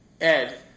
ed